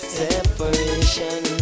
separation